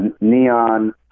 neon